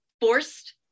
forced